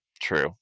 True